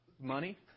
money